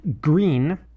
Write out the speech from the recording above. green